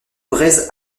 breizh